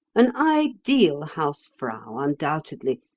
an ideal hausfrau, undoubtedly,